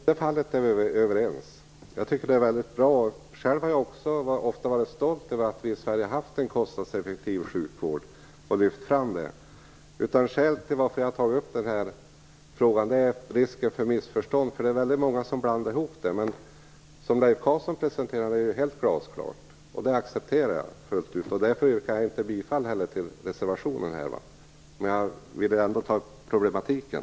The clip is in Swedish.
Herr talman! I det fallet är vi överens. Jag tycker att det är mycket bra. Själv har jag ofta varit stolt över att vi i Sverige har haft en kostnadseffektiv sjukvård och lyft fram det. Skälet till att jag har tagit upp denna fråga är risken för missförstånd. Det är många som blandar ihop detta. Som Leif Carlson presenterade det är det helt glasklart. Det accepterar jag full ut. Därför yrkar jag inte heller bifall till den reservationen. Men jag ville ändå ta upp problematiken.